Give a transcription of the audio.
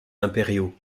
impériaux